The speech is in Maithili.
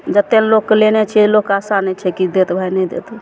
जते लोकके लेने छियै लोकके आशा नहि छै की देत भाय नहि देत